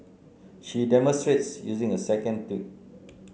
she demonstrates using a second tweet